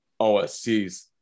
OSCs